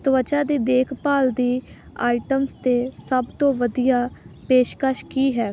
ਤਵਚਾ ਦੀ ਦੇਖਭਾਲ ਦੀ ਆਇਟਮਸ 'ਤੇ ਸਭ ਤੋਂ ਵਧੀਆ ਪੇਸ਼ਕਸ਼ ਕੀ ਹੈ